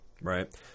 Right